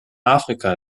afrika